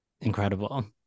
incredible